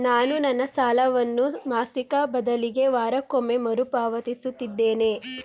ನಾನು ನನ್ನ ಸಾಲವನ್ನು ಮಾಸಿಕ ಬದಲಿಗೆ ವಾರಕ್ಕೊಮ್ಮೆ ಮರುಪಾವತಿಸುತ್ತಿದ್ದೇನೆ